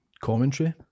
commentary